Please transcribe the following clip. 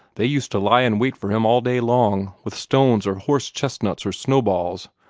they used to lie in wait for him all day long, with stones or horse-chestnuts or snowballs,